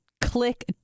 click